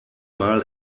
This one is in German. mal